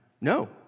No